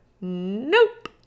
Nope